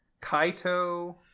Kaito